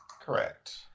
Correct